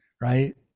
right